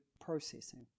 processing